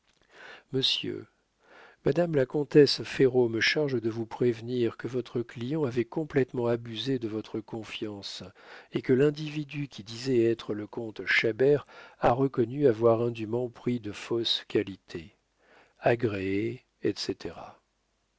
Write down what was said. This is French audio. monsieur madame la comtesse ferraud me charge de vous prévenir que votre client avait complétement abusé de votre confiance et que l'individu qui disait être le comte chabert a reconnu avoir indûment pris de fausses qualités agréez etc